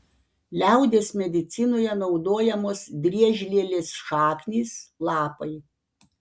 liaudies medicinoje naudojamos driežlielės šaknys lapai